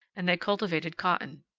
and they cultivated cotton.